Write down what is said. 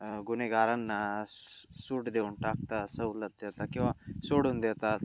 गुन्हेगारांना सूट देऊन टाकतात सवलत देतात किंवा सोडून देतात